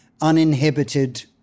uninhibited